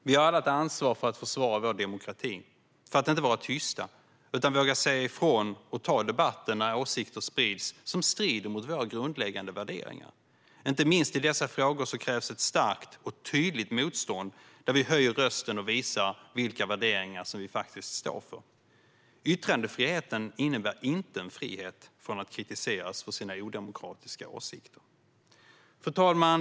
Vi har alla ett ansvar för att försvara vår demokrati och för att inte vara tysta utan våga säga ifrån och ta debatten när åsikter sprids som strider mot våra grundläggande värderingar. Inte minst i dessa frågor krävs ett starkt och tydligt motstånd där vi höjer rösten och visar vilka värderingar vi står för. Yttrandefriheten innebär inte en frihet från att kritiseras för sina odemokratiska åsikter. Fru talman!